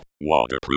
waterproof